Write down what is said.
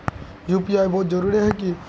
UPI बहुत जरूरी है की?